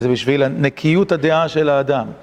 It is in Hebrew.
זה בשביל נקיות הדעה של האדם.